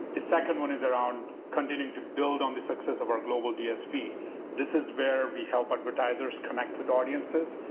the second one is around continuing to build on the success of our global dsp this is where we help advertisers connect with audiences.